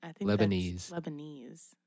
Lebanese